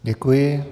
Děkuji.